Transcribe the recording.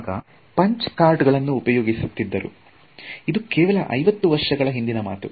ಆಗ ಇನ್ನು punch card ಗಳನ್ನು ಉಪಯೋಗಿಸುತ್ತಿದ್ದರು ಇದು ಕೇವಲ ಐವತ್ತು ವರ್ಷಗಳ ಹಿಂದಿನ ಮಾತು